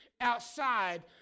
outside